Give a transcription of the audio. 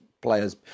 players